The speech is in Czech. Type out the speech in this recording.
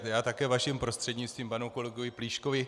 Já také vaším prostřednictvím panu kolegovi Plíškovi.